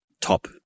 top